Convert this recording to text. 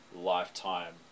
lifetime